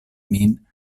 min